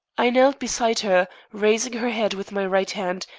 i knelt beside her, raising her head with my right hand,